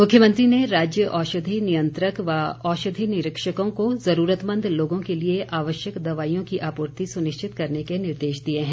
मुख्यमंत्री ने राज्य औषधि नियंत्रक व औषधि निरीक्षकों को जरूरतमंद लोगों के लिए आवश्यक दवाईयों की आपूर्ति सुनिश्चित करने के निर्देश दिए हैं